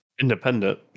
independent